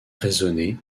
raisonner